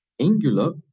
Angular